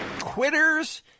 Quitters